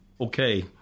okay